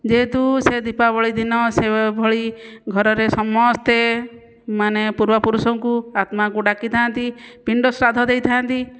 ଯେହେତୁ ସେ ଦୀପାବଳି ଦିନ ସେହିଭଳି ଘରରେ ସମସ୍ତେ ମାନେ ପୂର୍ବ ପୁରୁଷଙ୍କୁ ଆତ୍ମାକୁ ଡାକିଥାନ୍ତି ପିଣ୍ଡ ଶ୍ରାଦ୍ଧ ଦେଇଥାନ୍ତି